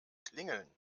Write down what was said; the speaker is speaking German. klingeln